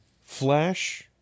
Flash